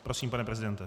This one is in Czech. Prosím, pane prezidente.